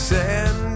Send